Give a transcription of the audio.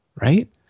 right